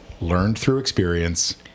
learned-through-experience